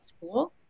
school